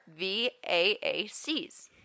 VAACs